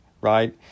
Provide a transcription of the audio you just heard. right